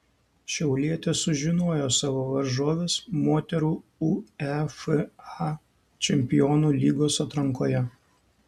šiaulietės sužinojo savo varžoves moterų uefa čempionų lygos atrankoje